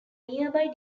nearby